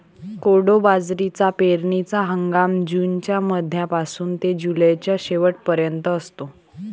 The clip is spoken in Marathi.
कोडो बाजरीचा पेरणीचा हंगाम जूनच्या मध्यापासून ते जुलैच्या शेवट पर्यंत असतो